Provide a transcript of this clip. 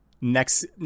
Next